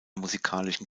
musikalischen